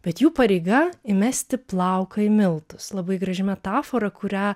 bet jų pareiga įmesti plauką į miltus labai graži metafora kurią